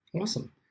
Awesome